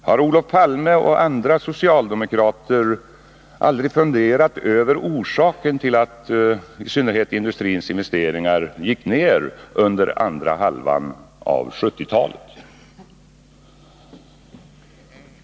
Har Olof Palme och andra socialdemokrater funderat över orsaken till att i synnerhet industrins investeringar gick ned under andra halvan av 1970-talet?